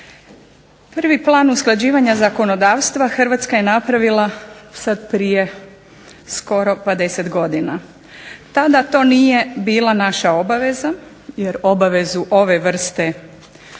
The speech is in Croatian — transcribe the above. Prvi plan usklađivanja zakonodavstva Hrvatska je napravila sad prije skoro pa deset godina. Tada to nije bila naša obaveza, jer obavezu ove vrste izrade